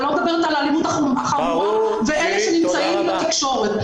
ואני לא מדברת על אלימות חמורה ואלה שנמצאים בתקשורת.